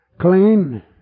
clean